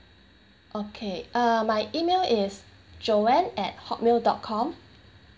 okay uh my email is joanne at hotmail dot com